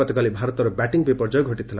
ଗତକାଲି ଭାରତର ବ୍ୟାଟିଂ ବିପର୍ଯ୍ୟୟ ଘଟିଥିଲା